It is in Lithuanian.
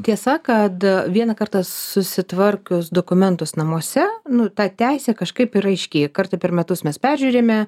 tiesa kad vieną kartą susitvarkius dokumentus namuose nu tą teisė kažkaip ir aiškėja kartą per metus mes peržiūrime